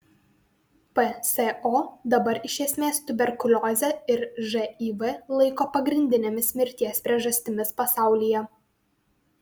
pso dabar iš esmės tuberkuliozę ir živ laiko pagrindinėmis mirties priežastimis pasaulyje